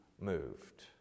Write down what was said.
moved